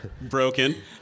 broken